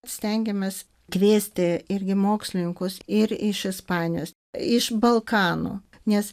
stengiamės kviesti irgi mokslininkus ir iš ispanijos iš balkanų nes